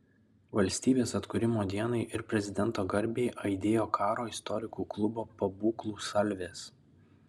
valstybės atkūrimo dienai ir prezidento garbei aidėjo karo istorikų klubo pabūklų salvės